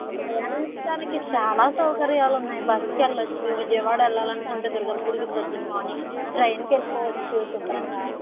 వెళ్ళటానికి చాలా సౌకర్యాలు ఉన్నాయి బస్సుకి వెళ్ళచ్చు విజయవాడ వెళ్ళాలనుకుంటే దుర్గమ్మ గుడికి పొద్దున్నే మార్నింగ్ ట్రైన్కి వెళ్ళిపోవచ్చు శుభ్రంగా